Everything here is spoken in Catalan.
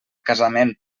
casament